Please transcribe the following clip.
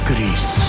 Greece